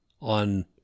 on